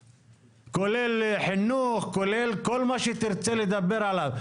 כולל חינוך, כולל כל מה שתרצה לדבר עליו.